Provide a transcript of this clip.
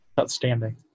Outstanding